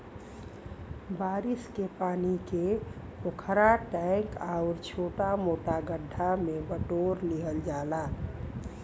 बारिश के पानी के पोखरा, टैंक आउर छोटा मोटा गढ्ढा में बटोर लिहल जाला